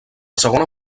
segona